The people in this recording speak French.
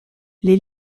les